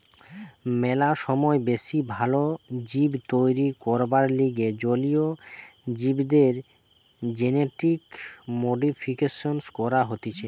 ম্যালা সময় বেশি ভাল জীব তৈরী করবার লিগে জলীয় জীবদের জেনেটিক মডিফিকেশন করা হতিছে